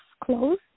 close